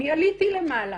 אני עליתי למעלה,